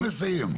תסיים, אתה מסיים.